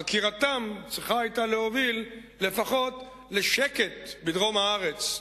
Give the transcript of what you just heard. עקירתם צריכה היתה להוביל לפחות לשקט בדרום הארץ.